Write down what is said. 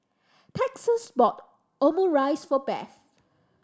Texas bought Omurice for Beth